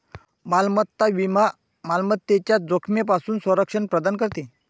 मालमत्ता विमा मालमत्तेच्या जोखमीपासून संरक्षण प्रदान करते